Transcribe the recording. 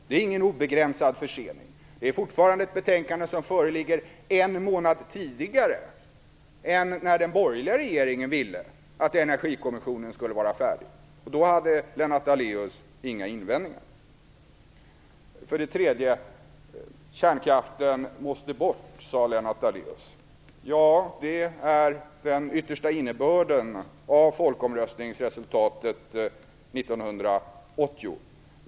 Det är ingen obegränsad försening. Det är fortfarande ett betänkande som föreligger en månad tidigare än den borgerliga regeringen ville att Energikommissionen skulle vara färdig. Då hade Lennart Daléus inga invändningar. För det tredje sade Lennart Daléus: Kärnkraften måste bort. Ja, det är den yttersta innebörden av folkomröstningsresultatet 1980.